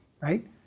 right